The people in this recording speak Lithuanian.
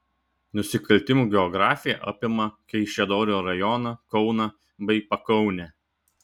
nusikaltimų geografija apima kaišiadorių rajoną kauną bei pakaunę